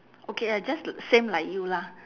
okay I just same like you lah